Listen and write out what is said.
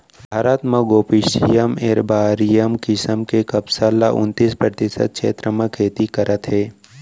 भारत म gossypium arboreum किसम के कपसा ल उन्तीस परतिसत छेत्र म खेती करत हें